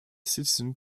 citizen